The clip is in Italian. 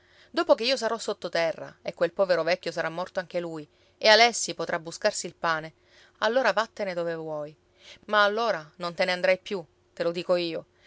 dopo che io sarò sottoterra e quel povero vecchio sarà morto anche lui e alessi potrà buscarsi il pane allora vattene dove vuoi ma allora non te ne andrai più te lo dico io